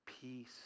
peace